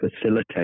facilitate